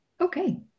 Okay